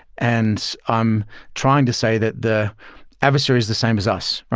and i'm trying to say that the adversary is the same as us.